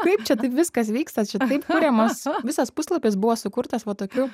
kaip čia taip viskas vyksta čia taip kuriamas visas puslapis buvo sukurtas va tokiu